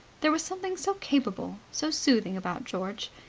there was something so capable, so soothing about george.